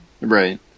Right